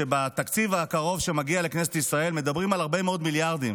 שבתקציב הקרוב שמגיע לכנסת ישראל מדברים על הרבה מאוד מיליארדים